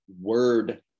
word